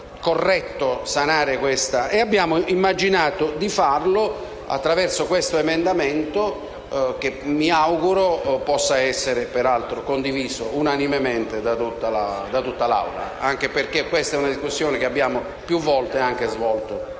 Abbiamo immaginato di farlo attraverso questo emendamento, che mi auguro peraltro possa essere condiviso unanimemente da tutta l'Assemblea, anche perché questa è una discussione che abbiamo più volte svolto